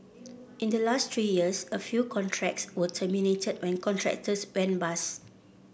in the last three years a few contracts were terminated when contractors went bust